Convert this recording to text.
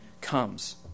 comes